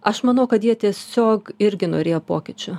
aš manau kad jie tiesiog irgi norėjo pokyčių